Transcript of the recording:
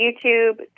YouTube